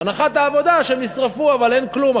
הנחת העבודה שהם נשרפו אבל אין כלום,